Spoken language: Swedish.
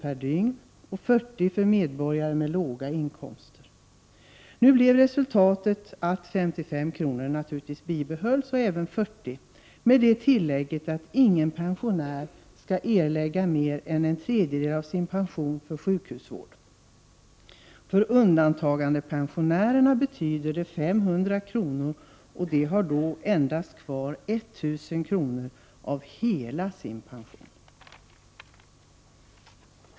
per/dygn och 40 kr. för medborgare med låga inkomster. Nu blir resultatet att 55 kr. och även 40 kr. bibehålls, med det tillägget att ingen pensionär skall erlägga mer än en tredjedel av sin pension för sjukhusvård. För undantagandepensionärerna betyder det 500 kr., och de har då endast kvar 1 000 kr. av hela sin pension.